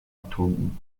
atom